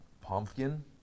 Pumpkin